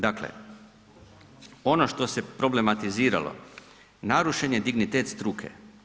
Dakle, ono što se problematiziralo, narušen je dignitet struke.